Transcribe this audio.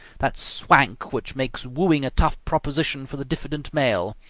that swank, which makes wooing a tough proposition for the diffident male.